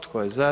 Tko je za?